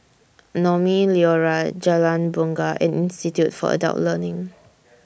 Naumi Liora Jalan Bungar and Institute For Adult Learning